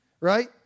right